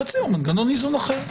תציעו מנגנון איזון אחר.